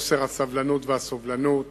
חוסר הסבלנות והסובלנות,